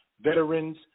veterans